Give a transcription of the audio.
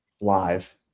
live